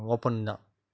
open தான்